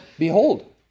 Behold